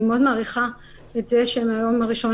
אני מאוד מעריכה את זה שמהיום הראשון